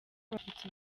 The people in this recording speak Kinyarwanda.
abatutsi